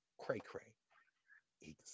Cray-cray